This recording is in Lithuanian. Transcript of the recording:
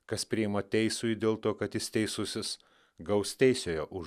kas priima teisųjį dėl to kad jis teisusis gaus teisiojo už